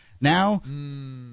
Now